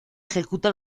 ejecuta